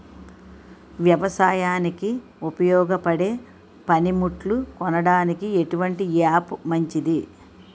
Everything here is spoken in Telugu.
వ్యవసాయానికి ఉపయోగపడే పనిముట్లు కొనడానికి ఎటువంటి యాప్ మంచిది?